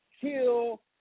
kill